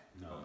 No